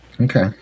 Okay